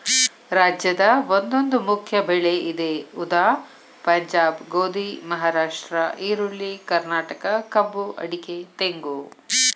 ರಾಜ್ಯದ ಒಂದೊಂದು ಮುಖ್ಯ ಬೆಳೆ ಇದೆ ಉದಾ ಪಂಜಾಬ್ ಗೋಧಿ, ಮಹಾರಾಷ್ಟ್ರ ಈರುಳ್ಳಿ, ಕರ್ನಾಟಕ ಕಬ್ಬು ಅಡಿಕೆ ತೆಂಗು